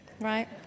right